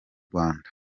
rwanda